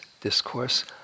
discourse